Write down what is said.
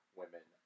women